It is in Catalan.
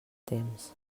temps